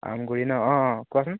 আমগুৰি নহ্ অঁ অঁ কোৱাচোন